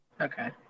okay